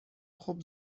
خوب